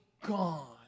gone